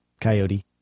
Coyote